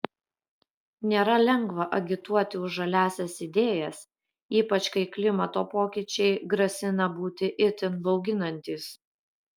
nėra lengva agituoti už žaliąsias idėjas ypač kai klimato pokyčiai grasina būti itin bauginantys